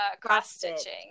cross-stitching